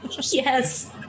Yes